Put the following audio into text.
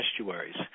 estuaries